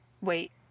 Wait